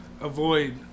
avoid